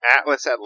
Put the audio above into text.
Atlas